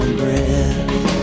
breath